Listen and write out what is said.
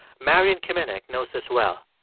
marion kiminek knows this well.